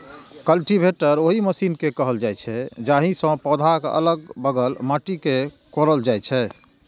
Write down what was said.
cultivator ओहि machine कें कहल जाइ छै, जाहि सं पौधाक अलग बगल माटि कें कोड़ल जाइ छै